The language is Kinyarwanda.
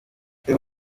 ibi